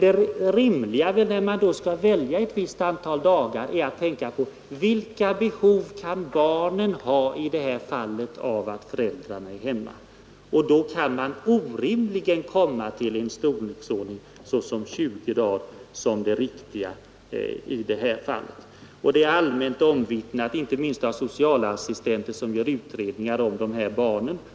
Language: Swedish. Det rimliga när man väljer ett visst antal dagar är naturligtvis i stället att tänka på vilka behov barn i detta fall kan ha av att en av föräldrarna är hemma en tillräcklig tid. Då kan man orimligen komma fram till 20 dagar. Det är allmänt omvittnat, inte minst av socialassistenter som gör utredningarna om dessa barn.